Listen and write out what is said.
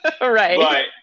right